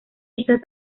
estas